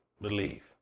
believe